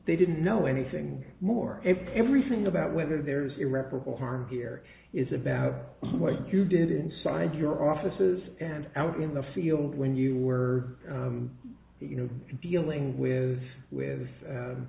they didn't know anything more if everything about whether there is irreparable harm here is about what you did inside your offices and out in the field when you were you know dealing with with